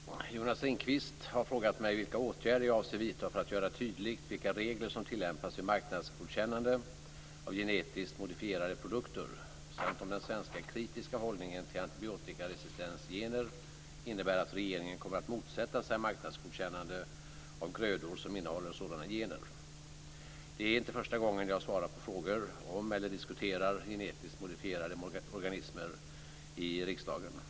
Fru talman! Jonas Ringqvist har frågat mig vilka åtgärder jag avser att vidta för att göra tydligt vilka regler som tillämpas vid marknadsgodkännande av genetiskt modifierade produkter samt om den svenska kritiska hållningen till antibiotikaresistensgener innebär att regeringen kommer att motsätta sig marknadsgodkännande av grödor som innehåller sådana gener. Det är inte första gången jag svarar på frågor om eller diskuterar genetiskt modifierade organismer i riksdagen.